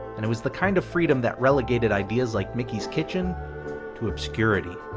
and it was the kind of freedom that relegated ideas like mickey's kitchen to obscurity.